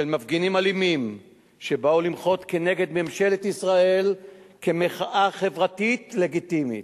של מפגינים אלימים שבאו למחות כנגד ממשלת ישראל כמחאה חברתית לגיטימית.